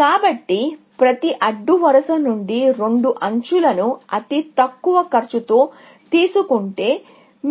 కాబట్టి ప్రతి అడ్డు వరుస నుండి రెండు ఎడ్జ్ లను అతి తక్కువ కాస్ట్తో తీసుకుంటే